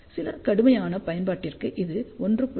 சில கடுமையான பயன்பாட்டிற்கு இது 1